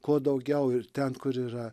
kuo daugiau ir ten kur yra